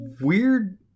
weird